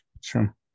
Sure